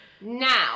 now